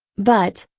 but,